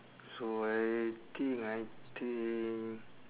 so I think I think